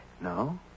No